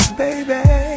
baby